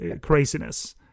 craziness